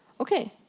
ok,